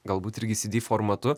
galbūt irgi cd formatu